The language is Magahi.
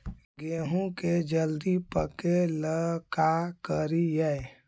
गेहूं के जल्दी पके ल का करियै?